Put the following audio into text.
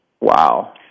Wow